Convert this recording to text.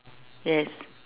yes